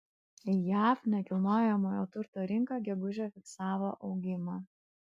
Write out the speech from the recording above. jav nekilnojamojo turto rinka gegužę fiksavo augimą